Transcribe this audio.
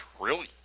trillion